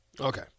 Okay